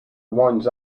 winds